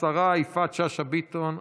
השרה יפעת שאשא ביטון,